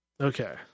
Okay